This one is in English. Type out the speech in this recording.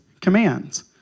commands